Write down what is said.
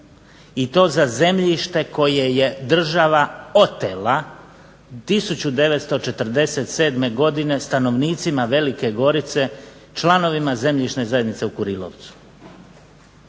I to za zemljište koje je država otela 1947. godine stanovnicima Velike Gorice, članovima Zemljišne zajednice u Kurilovcu.